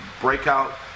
breakout